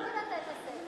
אז לא קראת את הספר.